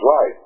right